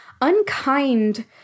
unkind